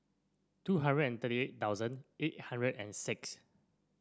two hundred and thirty eight thousand eight hundred and six